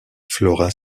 flora